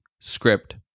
script